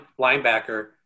linebacker